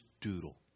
doodle